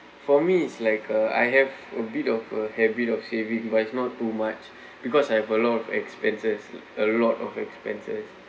for me is like a I have a bit of a habit of saving but it's not too much because I have a lot of expenses a lot of expenses